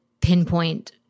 pinpoint